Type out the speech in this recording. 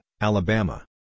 Alabama